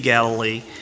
Galilee